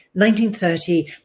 1930